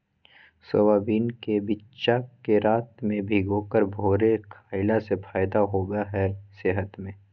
soybean के बिच्चा के रात में भिगाके भोरे खईला से फायदा होबा हइ सेहत में